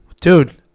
Dude